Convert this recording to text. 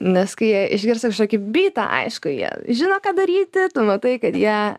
nes kai jie išgirsta kažkokį bytą aišku jie žino ką daryti tu matai kad jie